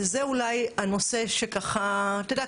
וזה אולי הנושא שאתה יודע,